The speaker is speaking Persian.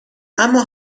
اما